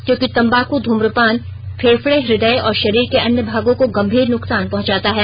क्योंकि तंबाकू धूम्रपान फेफड़े हृदय और शरीर के अन्य भागों को गंभीर नुकसान पहुंचाता है